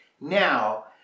now